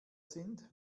sind